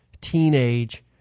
teenage